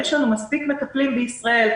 יש לנו מספיק מטפלים בישראל.